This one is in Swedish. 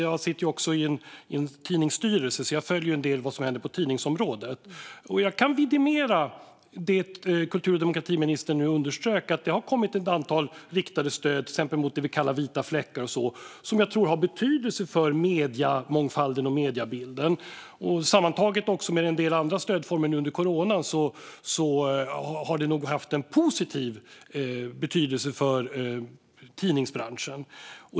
Jag sitter också i en tidningsstyrelse, så jag följer en del av vad som händer på tidningsområdet. Jag kan vidimera det kultur och demokratiministern nu underströk; det har kommit ett antal riktade stöd, till exempel mot det vi kallar vita fläckar, som jag tror har betydelse för mediemångfalden och mediebilden. Tillsammans med en del andra stödformer nu under coronan har det nog haft en positiv betydelse för tidningsbranschen.